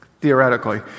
theoretically